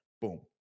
Boom